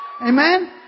Amen